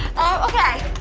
okay.